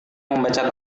membaca